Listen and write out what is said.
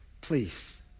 Please